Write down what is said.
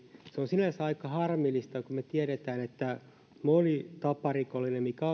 sinänsä aika harmillista kun me tiedämme että moni taparikollinen